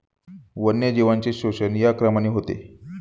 वन्यजीवांचे शोषण या क्रमाने होते